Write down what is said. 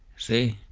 see?